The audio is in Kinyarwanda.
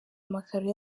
amakaro